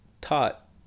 taught